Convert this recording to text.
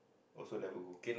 also never go